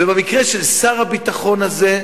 ובמקרה של שר הביטחון הזה,